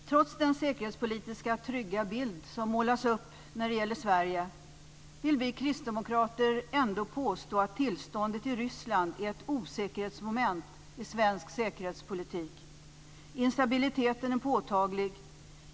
Fru talman! Trots den säkerhetspolitiskt trygga bild som målas upp när det gäller Sverige vill vi kristdemokrater ändå påstå att tillståndet i Ryssland är ett osäkerhetsmoment i svensk säkerhetspolitik. Instabiliteten är påtaglig.